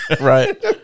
Right